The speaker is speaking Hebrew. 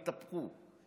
התהפכו,